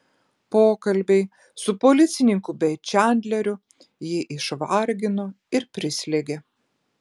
pokalbiai su policininku bei čandleriu jį išvargino ir prislėgė